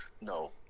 no